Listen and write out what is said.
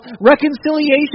Reconciliation